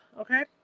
Okay